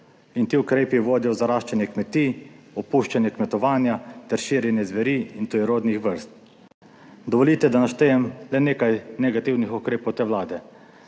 in ti ukrepi vodijo v zaraščanje kmetij, opuščanje kmetovanja ter širjenje zveri in tujerodnih vrst. Dovolite, da naštejem le nekaj negativnih ukrepov te Vlade.